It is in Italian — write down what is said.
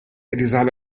risale